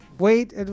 Wait